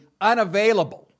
unavailable